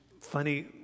funny